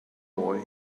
boy